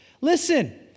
Listen